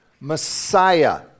Messiah